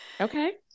Okay